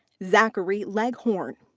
zachary leghorn.